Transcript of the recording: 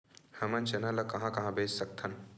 हमन चना ल कहां कहा बेच सकथन?